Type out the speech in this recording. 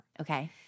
Okay